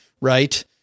right